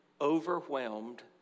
overwhelmed